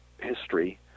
history